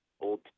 Old